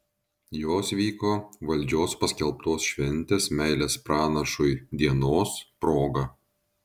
jos vyko valdžios paskelbtos šventės meilės pranašui dienos proga